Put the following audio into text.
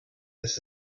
heißt